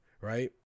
right